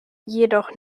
jedoch